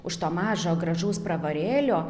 už to mažo gražaus pravarėlio